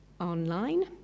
online